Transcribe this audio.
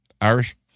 Irish